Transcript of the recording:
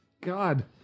God